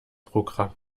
programm